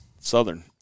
Southern